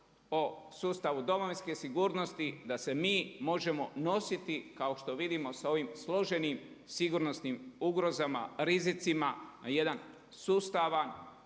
o sustavu domovinske sigurnosti da se mi možemo nositi kao što vidimo sa ovim složenim sigurnosnim ugrozama, rizicima na jedan sustavan,